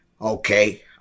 Okay